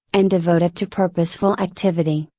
and devote it to purposeful activity,